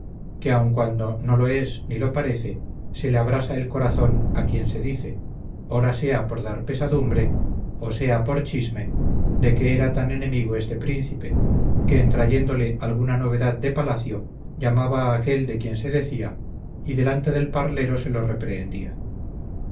que aun cuando no lo es ni lo parece se le abrasa el corazón a quien se dice ora sea por dar pesadumbre o sea por chisme de que era tan enemigo este príncipe que en trayéndole alguna novedad de palacio llamaba a aquel de quien se decía y delante del parlero se lo reprehendía